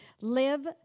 live